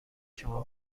شما